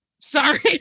Sorry